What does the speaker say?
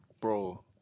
bro